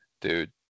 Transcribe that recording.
dude